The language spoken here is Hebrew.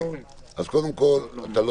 קודם כול, אתה לא